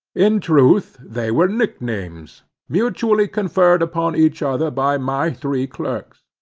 in truth they were nicknames, mutually conferred upon each other by my three clerks,